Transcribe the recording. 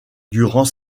durant